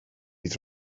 bydd